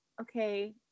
okay